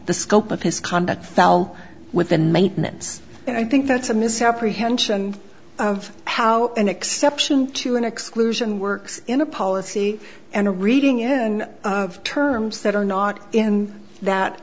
the scope of his conduct fell within maintenance and i think that's a misapprehension of how an exception to an exclusion works in a policy and a reading in terms that are not in that